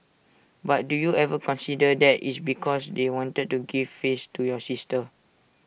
but do you ever consider that IT is because they wanted to give face to your sister